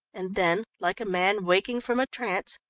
and then, like a man waking from a trance,